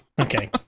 Okay